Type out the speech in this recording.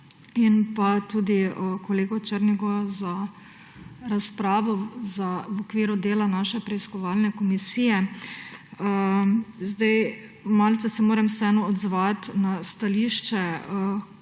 in tudi kolegu Černigoju za razpravo v okviru dela naše preiskovalne komisije. Malce se moram vseeno odzvati na stališče